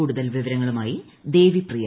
കൂടുതൽ വിവരങ്ങളുമായി ദേവി പ്രിയ